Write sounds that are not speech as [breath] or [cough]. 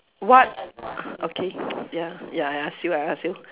what [breath] okay ya ya I ask you I ask you